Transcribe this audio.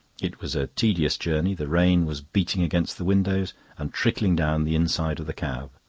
it was a tedious journey the rain was beating against the windows and trickling down the inside of the cab.